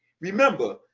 Remember